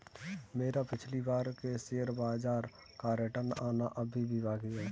मेरा पिछली बार के शेयर बाजार का रिटर्न आना अभी भी बाकी है